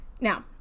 Now